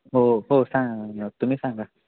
हो हो सांगा ना तुम्हीच सांगा